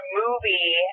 movie